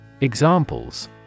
Examples